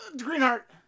Greenheart